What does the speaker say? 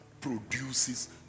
produces